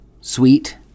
sweet